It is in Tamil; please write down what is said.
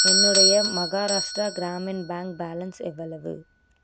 என்னுடைய மஹாராஷ்ட்ரா க்ராமின் பேங்க் பேலன்ஸ் எவ்வளவு